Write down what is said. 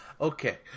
Okay